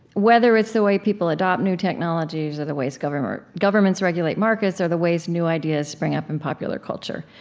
whether it's the way people adopt new technologies, or the ways governments governments regulate markets, or the ways new ideas spring up in popular culture.